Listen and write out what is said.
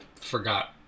forgot